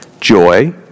Joy